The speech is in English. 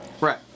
Right